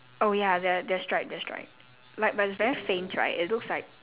oh ya the the stripe the stripe like but it's very faint right it looks like